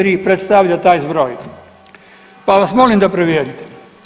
3. predstavlja taj zbroj, pa vas molim da provjerite.